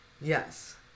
yes